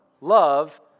love